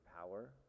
power